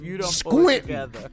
Squint